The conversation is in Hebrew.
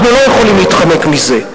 אנחנו לא יכולים להתחמק מזה.